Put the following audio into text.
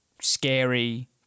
scary